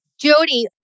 Jody